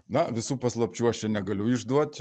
na visų paslapčių aš čia negaliu išduot